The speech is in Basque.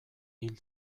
hil